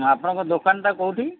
ଆପଣଙ୍କ ଦୋକାନଟା କେଉଁଠି